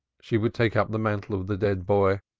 she would take up the mantle of the dead boy,